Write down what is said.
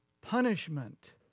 punishment